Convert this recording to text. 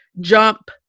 jump